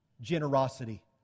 generosity